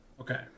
Okay